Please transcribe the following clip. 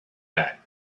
that